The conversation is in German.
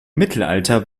mittelalter